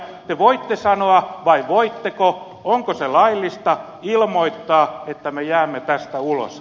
te voitte sanoa vai voitteko onko se laillista ilmoittaa että me jäämme tästä ulos